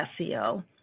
SEO